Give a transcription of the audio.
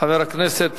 חבר הכנסת